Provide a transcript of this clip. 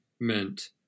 meant